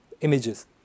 images